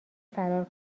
فرار